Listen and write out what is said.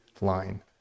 line